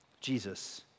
Jesus